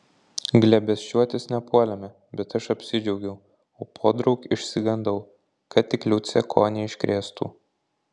glėbesčiuotis nepuolėme bet aš apsidžiaugiau o podraug išsigandau kad tik liucė ko neiškrėstų